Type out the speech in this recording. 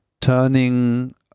turning